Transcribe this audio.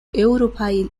eŭropaj